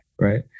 right